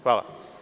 Hvala.